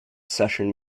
session